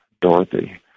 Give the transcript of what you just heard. Dorothy